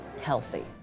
healthy